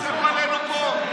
אתה לא מתבייש, עלינו פה?